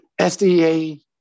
SDA